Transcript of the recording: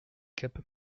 cap